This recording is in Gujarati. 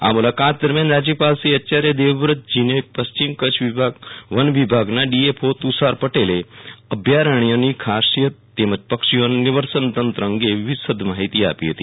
આ મુલાકાત દરમિયાન રાજ્યપાલશ્રી આયાર્ય દેવેવ્રતજીને કેચ્છુ પશ્ચિમવનવિભાગના ડીએફઓ તુ ષાર પટેલે અભ્યારણ્યની ખાસીયત તેમજ પક્ષીઓના નિવસન તેત્ર અંગેવિસદ માહિતી આપી હતી